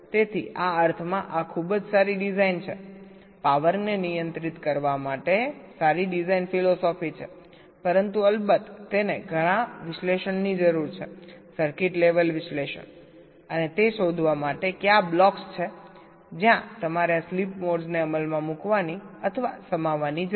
તેથી આ અર્થમાં આ ખૂબ જ સારી ડિઝાઇન છે શક્તિને નિયંત્રિત કરવા માટે સારી ડિઝાઇન ફિલોસોફી છે પરંતુ અલબત્ત તેને ઘણાં વિશ્લેષણની જરૂર છેસર્કિટ લેવલ વિશ્લેષણ અને તે શોધવા માટે કયા બ્લોક્સ છે જ્યાં તમારે આ સ્લીપ મોડ્સ ને અમલમાં મૂકવાની અથવા સમાવવાની જરૂર છે